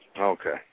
Okay